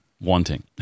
Wanting